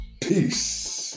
Peace